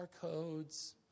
barcodes